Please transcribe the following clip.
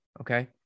Okay